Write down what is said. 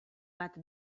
bat